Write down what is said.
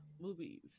movies